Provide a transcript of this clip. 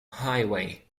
highway